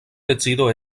decido